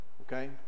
Okay